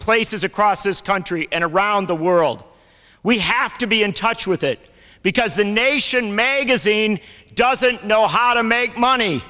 places across this country and around the world we have to be in touch with it because the nation magazine doesn't know how to make money